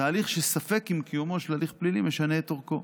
תהליך שספק אם קיומו של הליך פלילי משנה את אורכו.